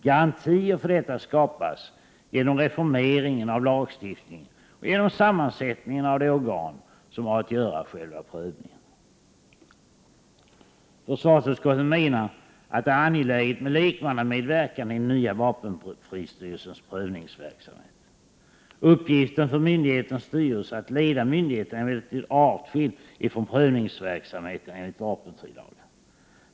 Garantier för detta skapas genom utformningen av lagstiftningen och genom sammansättningen av det organ som har att göra själva prövningen.” Försvarsutskottet menar att det är angeläget med lekmannamedverkan i den nya vapenfristyrelsens prövningsverksamhet. Uppgiften för myndighetens styrelse att leda myndigheten är emellertid avskild från prövningsverksamheten enligt vapenfrilagen.